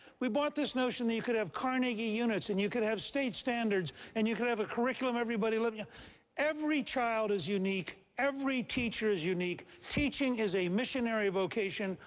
we bought this notion that you could have carnegie units and you could have state standards and you could have a curriculum everybody um yeah every child is unique. every teach is unique. teaching is a missionary vocation.